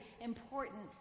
important